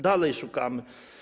Dalej szukamy.